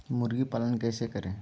मुर्गी पालन कैसे करें?